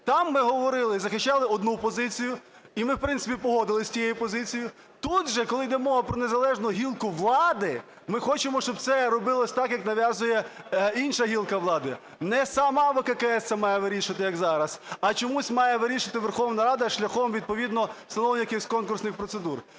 Там ми говорили і захищали одну позицію і ми, в принципі, погодились з тією позицією. Тут же, коли йде мова про незалежну гілку влади, ми хочемо, щоб це робилось так, як нав'язує інша гілка влади. Не сама ВККС це має вирішувати, як зараз, а чомусь має вирішувати Верховна Рада шляхом відповідно встановлення якихось конкурсних процедур.